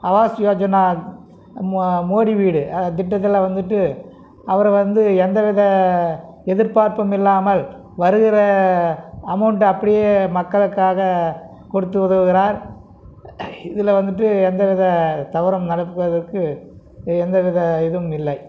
அவாஸ் யோஜனா மோடி வீடு திட்டத்தெல்லாம் வந்துட்டு அவர் வந்து எந்த வித எதிர்ப்பார்ப்பும் இல்லாமல் வருகிற அமௌண்ட் அப்படியே மக்களுக்காக கொடுத்து உதவுகிறார் இதில் வந்துட்டு எந்த வித தவறும் நடப்பதற்கு எந்த வித இதுவும் இல்லை